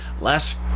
less